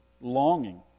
longing